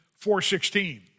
4.16